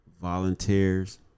volunteers